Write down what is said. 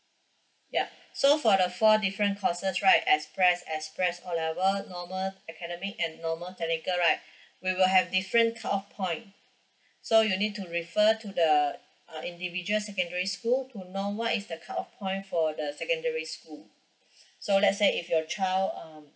yup so for the four different courses right express express O level normal academic and normal technical right we will have different cut off point so you need to refer to the uh individual secondary school to know what is the cut off point for the secondary school so let's say if your child um